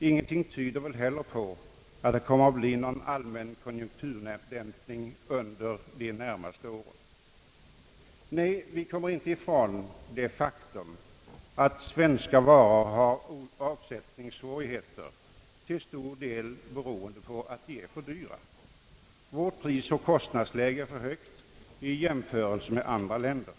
Ingenting tyder väl heller på att det kommer att bli någon allmän konjunkturdämpning under de närmaste åren. Nej, vi kommer inte ifrån det faktum att svenska varor har avsättningssvårigheter som till stor del beror på att de blivit för dyra. Vårt prisoch kostnadsläge är för högt i jämförelse med andra länders.